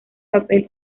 papel